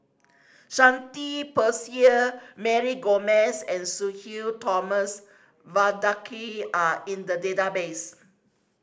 Shanti Mary Gomes and Sudhir Thomas Vadaketh are in the database